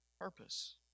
Purpose